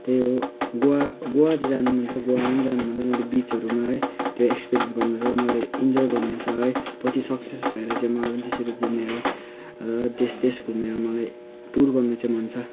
त्यही हो गोवा गोवा चाहिँ जानु मन छ गोवा पनि जानु मन छ मलाई बिचहरूमा है त्यो एक्सपिरियन्स गर्नु छ मलाई इन्जय गर्नु छ है पछि सक्सेस भएर चाहिँ मलाई पनि त्यसरी घुमेर र देश देश घुमेर मलाई टुर गर्नु चाहिँ मन छ